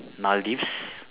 Maldives